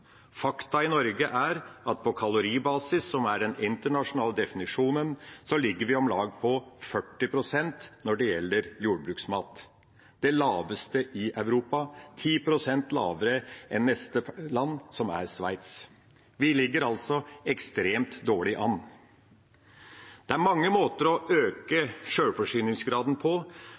i Norge er at på kaloribasis, som er den internasjonale definisjonen, ligger vi på om lag 40 pst. når det gjelder jordbruksmat – det laveste i Europa, 10 pst. lavere enn neste land, som er Sveits. Vi ligger altså ekstremt dårlig an. Det er mange måter å øke sjølforsyningsgraden på, men den viktigste, fundamentale, er å ta vare på